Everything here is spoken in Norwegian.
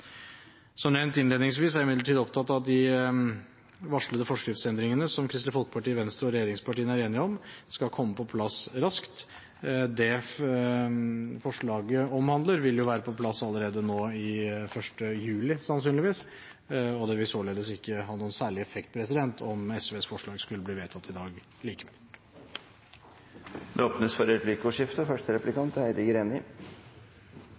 Som nevnt innledningsvis er jeg imidlertid opptatt av at de varslede forskriftsendringene som Kristelig Folkeparti, Venstre og regjeringspartiene er enige om, skal komme på plass raskt. Det forslaget omhandler, vil jo være på plass allerede nå 1. juli – sannsynligvis, og det vil således ikke ha noen særlig effekt om SVs forslag skulle bli vedtatt i dag likevel. Det blir replikkordskifte.